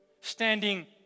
standing